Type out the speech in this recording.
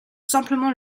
simplement